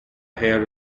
hair